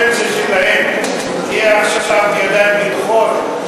הפנסיה שלהם תהיה עכשיו בידיים בטוחות?